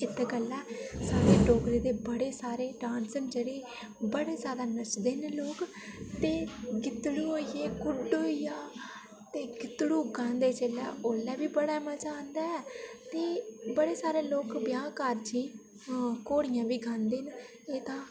इत्त गल्ला साढ़े डोगरे दे बड़े सारे डांस न जेह्ड़े बड़ा जैदा नचदे न लोक ते गीतड़ू होई गे कुड्ड होई गेआ ते गीतड़ू गांदे जेल्लै ओल्लै बी बड़ा मजा आंह्दा ऐ ते बड़े सारे लोक ब्याह् कारजें ई घोडियां बी गांदे न एह् तां